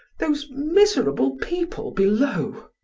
those miserable people below.